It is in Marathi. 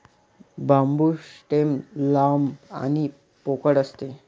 बांबू स्टेम लांब आणि पोकळ असते